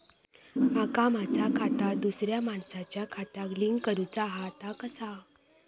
माका माझा खाता दुसऱ्या मानसाच्या खात्याक लिंक करूचा हा ता कसा?